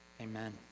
amen